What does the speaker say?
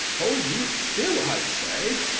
hold you still, i say.